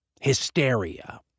hysteria